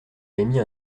émis